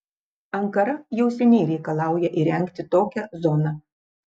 ankara jau seniai reikalauja įrengti tokią zoną